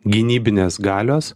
gynybinės galios